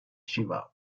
shiva